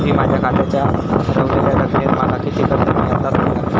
मी माझ्या खात्याच्या ऱ्हवलेल्या रकमेवर माका किती कर्ज मिळात ता सांगा?